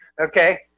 Okay